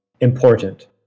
important